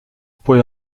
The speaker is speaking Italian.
poi